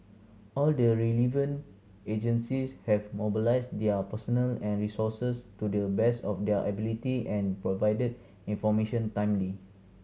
all the relevant agencies have mobilised their personnel and resources to the best of their ability and provided information timely